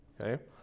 Okay